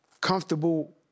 comfortable